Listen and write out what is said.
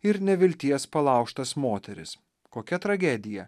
ir nevilties palaužtas moteris kokia tragedija